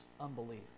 unbelief